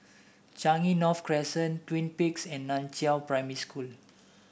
Changi North Crescent Twin Peaks and Nan Chiau Primary School